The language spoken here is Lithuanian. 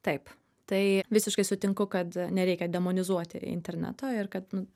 taip tai visiškai sutinku kad nereikia demonizuoti interneto ir kad nu